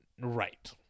Right